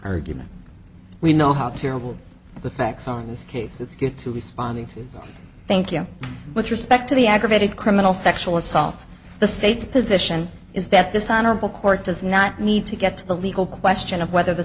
argument we know how terrible the facts are in this case it's good to responding to thank you with respect to the aggravated criminal sexual assault the state's position is that this honorable court does not need to get to the legal question of whether the